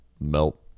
melt